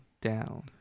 down